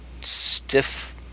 stiff